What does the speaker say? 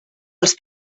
als